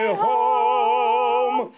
home